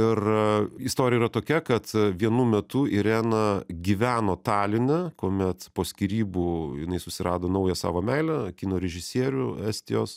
ir istorija yra tokia kad vienu metu irena gyveno taline kuomet po skyrybų jinai susirado naują savo meilę kino režisierių estijos